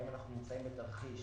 האם אנחנו נמצאים בתרחיש